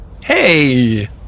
Hey